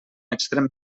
extrem